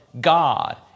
God